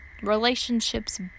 relationships